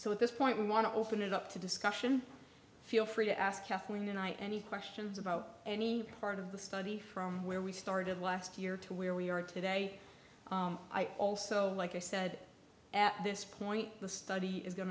so at this point we want to open it up to discussion feel free to ask kathleen tonight any questions about any part of the study from where we started last year to where we are today i also like i said at this point the study is going